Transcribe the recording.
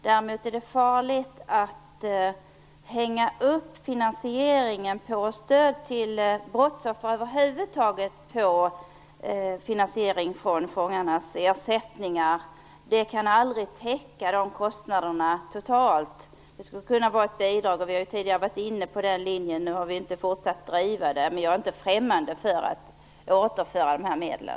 Däremot är de farligt att hänga upp finansieringen för stöd till brottsoffer över huvud taget på fångarnas ersättningar. Det kan aldrig täcka kostnaderna totalt sett. Det skulle kunna vara ett bidrag, den linjen har vi varit inne på tidigare. Vi har inte fortsatt driva denna linje, men jag är inte främmande för att återföra dessa medel.